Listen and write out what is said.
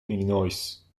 illinois